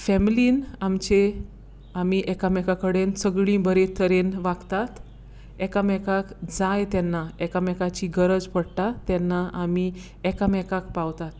फॅमिलीन आमचे आमी एकामेका कडेन सगली बरेतरेन वागतात एकामेकाक जाय तेन्ना एकामेकाची गरज पडटा तेन्ना आमी एकामेकाक पावतात